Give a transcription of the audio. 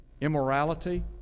immorality